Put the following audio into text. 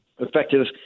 Effective